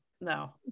no